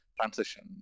transition